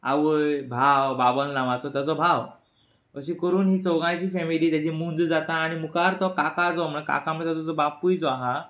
आवय भाव भावल नांवांचो ताचो भाव अशें करून ही चौगांयची फेमिली तेची मुंज जाता आनी मुखार तो काका जो काका म्हणजे तो काका म्हणटा तो तेचो बापूय जो आहा